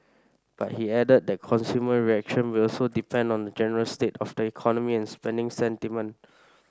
but he added that consumer reaction will also depend on the general state of the economy and spending sentiment